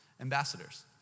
ambassadors